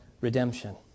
redemption